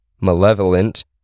malevolent